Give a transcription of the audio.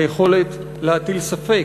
היכולת להטיל ספק,